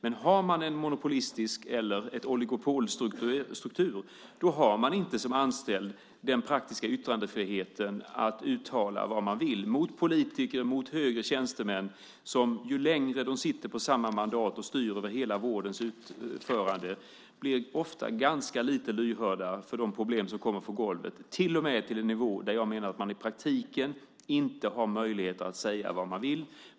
Men har man en monopolistisk struktur eller en oligopolstruktur har man som anställd inte den praktiska friheten att uttala vad man vill mot politiker och högre tjänstemän som ju längre de sitter på samma mandat och styr över hela vårdens utförande ofta blir desto mindre lyhörda för de problem som uppstår på golvet. Som anställd har man i praktiken ingen möjlighet att säga vad man vill.